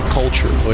culture